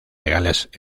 legales